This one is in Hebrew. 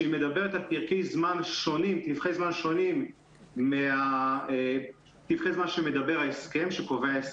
שהיא מדברת על טווחי זמן שונים ממה שקובע ההסכם.